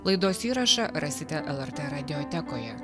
laidos įrašą rasite lrt radiotekoje